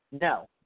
No